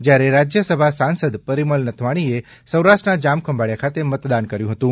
જ્યારે રાજ્યસભા સાંસદ પરિમલ નથવાણીએ સૌરાષ્ટ્રના જામ ખંભાળીયા ખાતે મતદાન કર્યું હતું